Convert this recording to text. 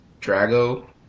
Drago